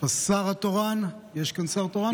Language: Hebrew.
השר התורן, יש כאן שר תורן?